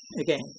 again